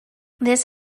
this